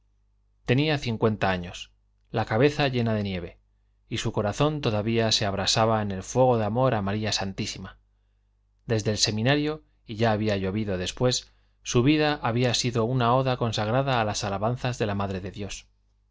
tenía cincuenta años la cabeza llena de nieve y su corazón todavía se abrasaba en fuego de amor a maría santísima desde el seminario y ya había llovido después su vida había sido una oda consagrada a las alabanzas de la madre de dios